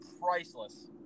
priceless